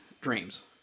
dreams